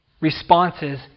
responses